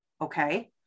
Okay